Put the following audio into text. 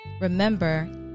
remember